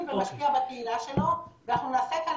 ומשפיע בקהילה שלו ואנחנו נעשה כאן,